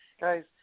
guys